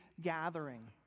gathering